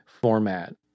format